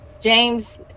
james